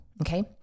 Okay